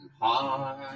heart